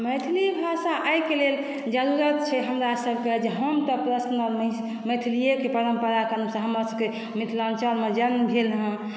मैथिली भाषा एहिके लेल जरूरत छै हमरा सभके जे हम तऽ पर्सनल मैथिलियके परम्पराके अनुसार हमर सभक मिथिलाञ्चलमे जन्म भेल हँ